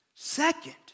Second